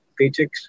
paychecks